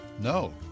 No